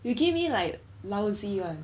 you give me like lousy [one]